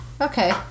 Okay